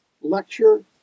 lecture